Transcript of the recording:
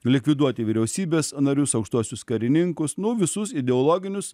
likviduoti vyriausybės narius aukštuosius karininkus nu visus ideologinius